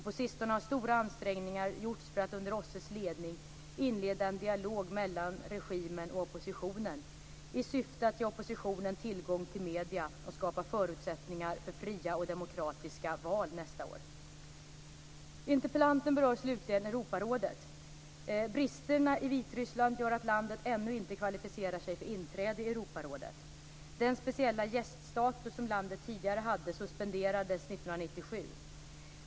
På sistone har stora ansträngningar gjorts för att under OS SE:s ledning inleda en dialog mellan regimen och oppositionen i syfte att ge oppositionen tillgång till medier och skapa förutsättningar för fria och demokratiska val nästa år. Interpellanten berör slutligen Europarådet. Bristerna i Vitryssland gör att landet ännu inte kvalificerar sig för inträde i Europarådet. Den speciella gäststatus som landet tidigare hade suspenderades 1997.